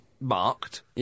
marked